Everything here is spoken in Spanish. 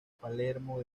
palermo